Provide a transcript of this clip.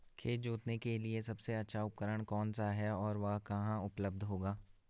खेत जोतने के लिए सबसे अच्छा उपकरण कौन सा है और वह कहाँ उपलब्ध होगा?